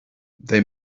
they